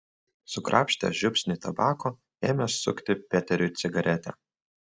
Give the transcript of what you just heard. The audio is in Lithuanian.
sukrapštęs žiupsnį tabako ėmė sukti peteriui cigaretę